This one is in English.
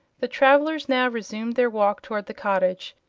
the travellers now resumed their walk toward the cottage,